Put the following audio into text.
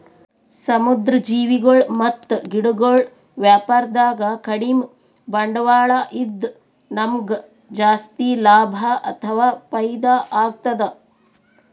ಸಮುದ್ರ್ ಜೀವಿಗೊಳ್ ಮತ್ತ್ ಗಿಡಗೊಳ್ ವ್ಯಾಪಾರದಾಗ ಕಡಿಮ್ ಬಂಡ್ವಾಳ ಇದ್ದ್ ನಮ್ಗ್ ಜಾಸ್ತಿ ಲಾಭ ಅಥವಾ ಫೈದಾ ಆಗ್ತದ್